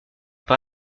par